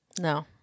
No